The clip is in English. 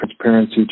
transparency